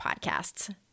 podcasts